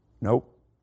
Nope